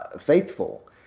faithful